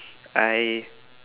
I